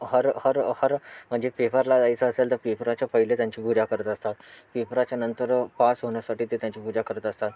हर हर हर म्हणजे पेपरला जायचं असेल तर पेपराच्या पहिले त्यांची पूजा करत असतात पेपराच्या नंतर पास होण्यासाठी ते त्यांची पूजा करत असतात